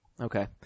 Okay